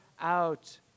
out